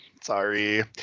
Sorry